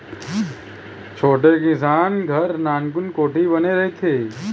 छोटे किसान घर नानकुन कोठी बने रहिथे